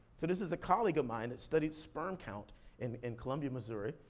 so this is a colleague of mine that studied sperm count in in columbia, missouri,